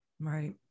Right